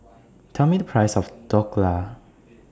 Tell Me The Price of Dhokla